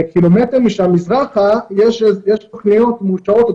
וק"מ משם מזרחה יש תוכניות מאושרות עוד